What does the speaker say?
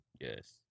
Yes